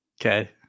Okay